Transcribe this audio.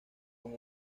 con